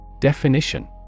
Definition